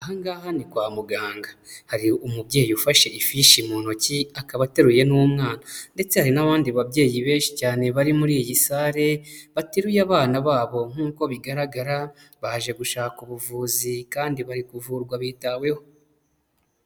Aha ngaha ni kwa muganga hari umubyeyi ufashe ifishi mu ntoki, akaba ateruye n'umwana ndetse hari n'abandi babyeyi benshi cyane, bari muri iyi sale, bateruye abana babo nk'uko bigaragara baje gushaka ubuvuzi kandi bari kuvurwa bitaweho.